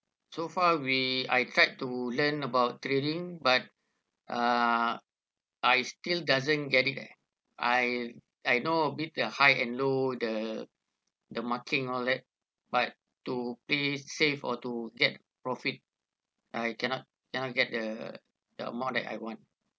so far we I tried to learn about trading but uh I still doesn't get it leh I I know a bit the high and low the the marking all that but to play save or to get profit I cannot cannot get the the amount that I want